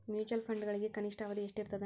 mutual ಫಂಡ್ಗಳಿಗೆ ಕನಿಷ್ಠ ಅವಧಿ ಎಷ್ಟಿರತದ